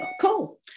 Cool